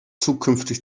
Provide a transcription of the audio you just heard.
zukünftig